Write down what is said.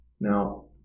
Now